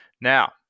Now